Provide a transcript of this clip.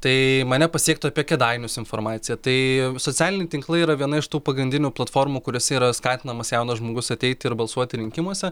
tai mane pasiektų apie kėdainius informacija tai socialiniai tinklai yra viena iš tų pagrindinių platformų kuriose yra skatinamas jaunas žmogus ateiti ir balsuoti rinkimuose